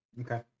Okay